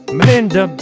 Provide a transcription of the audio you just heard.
Melinda